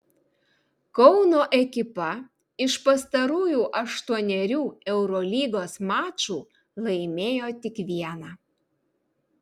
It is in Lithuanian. kauno ekipa iš pastarųjų aštuonerių eurolygos mačų laimėjo tik vieną